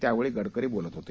त्यावेळी गडकरी बोलत होते